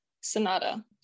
sonata